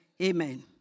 Amen